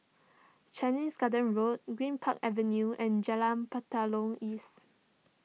Chinese Garden Road Greenpark Avenue and Jalan Batalong East